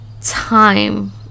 Time